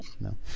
No